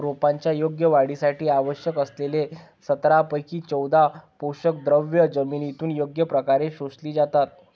रोपांच्या योग्य वाढीसाठी आवश्यक असलेल्या सतरापैकी चौदा पोषकद्रव्ये जमिनीतून योग्य प्रकारे शोषली जातात